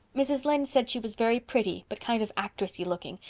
mrs. lynde said she was very pretty but kind of actressy looking,